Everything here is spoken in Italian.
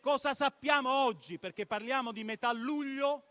Cosa sappiamo oggi, a metà luglio,